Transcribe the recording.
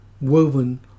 woven